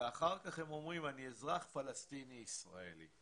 ואחר כך הם אומרים: אני אזרח פלסטיני ישראלי.